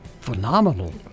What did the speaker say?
phenomenal